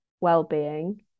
well-being